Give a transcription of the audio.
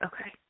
Okay